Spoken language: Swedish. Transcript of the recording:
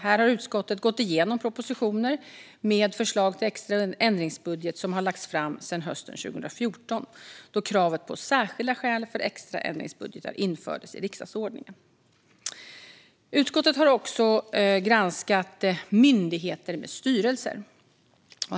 Här har utskottet gått igenom propositioner med förslag till extra ändringsbudgetar som har lagts fram sedan hösten 2014, då kravet på särskilda skäl för extra ändringsbudgetar infördes i riksdagsordningen. Utskottet har också granskat myndigheter med styrelser.